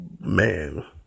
man